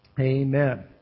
Amen